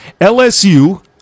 LSU